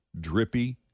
drippy